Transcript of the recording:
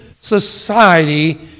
society